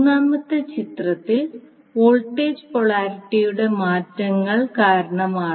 മൂന്നാമത്തെ ചിത്രത്തിൽ വോൾട്ടേജ് പൊളാരിറ്റിയുടെ മാറ്റങ്ങൾ കാരണമാണ്